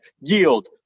Yield